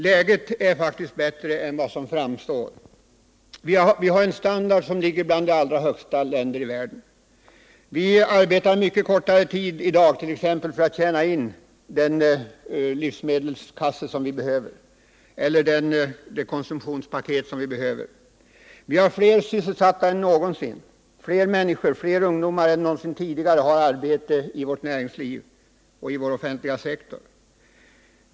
Läget är faktiskt bättre än man påstår. Vi har en levnadsstandard som är bland de högsta i världen. Vi arbetar i dag t.ex. mycket kortare tid än tidigare för att tjäna in en livsmedelskasse eller det konsumtionspaket vi behöver. Vi har flera sysselsatta än någonsin. Flera människor och flera ungdomar än någonsin tidigare har arbete i vårt näringsliv och i vår offentliga sektor.